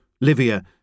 Livia